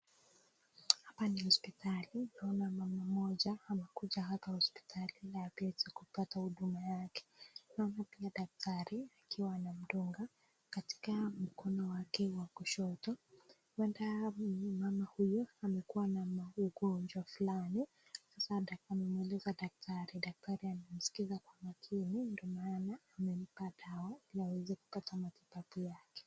Hapa ni hospitali naona mama mmoja anakuja hapa hospitali aweze kupata huduma yake, naona pia daktari akiwa anamdunga katika mkono wake wa kushoto huenda mama huyu amekuwa na maugonjwa fulani sasa anamwulizia daktari, daktari anamsikiza kwa umakini ndio maana anampa dawa ili aweze kupata matibabu yake.